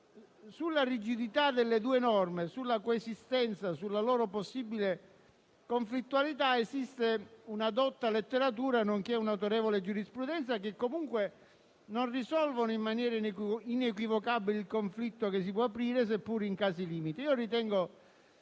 Sulla rigidità delle due norme, sulla loro coesistenza e sulla loro possibile conflittualità esiste una dotta letteratura nonché un'autorevole giurisprudenza, che comunque non risolvono in maniera inequivocabile il conflitto che si può aprire, seppure in casi limite.